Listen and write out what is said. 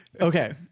Okay